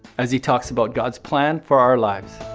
as he talks about god's plan for our lives.